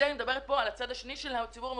כאן אני מדברת על הצד השני של ציבור המבוטחים,